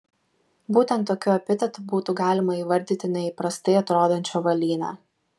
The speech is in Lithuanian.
būtent tokiu epitetu būtų galima įvardyti neįprastai atrodančią avalynę